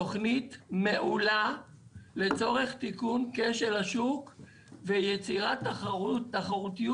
תוכנית מעולה לצורך תיקון כשל השוק ויצירת תחרותיות